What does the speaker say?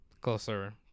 Closer